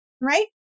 right